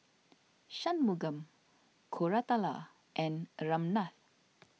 Shunmugam Koratala and Ramnath